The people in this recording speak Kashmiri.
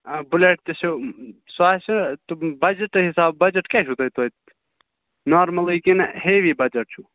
آ بُلٮ۪ٹ تہِ چھو سۄ آسہِ تِم بجٹہٕ حِساب بجٹ کیٛاہ چھُو تۄہہِ تویتہِ نارمَلٕے کِنہٕ ہیوی بجٹ چھُو